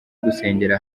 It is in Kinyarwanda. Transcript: gusengera